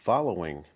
Following